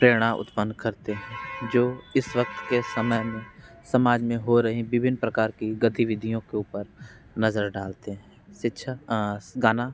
प्रेरणा उत्पन्न करते हैं जो इस वक़्त के समय में समाज में हो रही विभिन्न प्रकार की गतिविधियों के ऊपर नज़र डालते हैं शिक्षा गाना